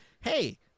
Hey